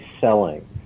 selling